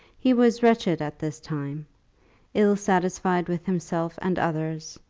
he was wretched at this time ill-satisfied with himself and others,